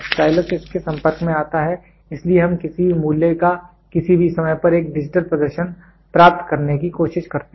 stylus इसके संपर्क में आता है इसलिए हम किसी भी मूल्य का किसी भी समय पर एक डिजिटल प्रदर्शन प्राप्त करने की कोशिश करते हैं